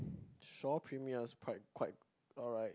Shaw Premiere is quite quite alright